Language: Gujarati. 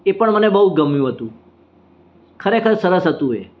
એ પણ મને બહુ ગમ્યું હતું ખરેખર સરસ હતું એ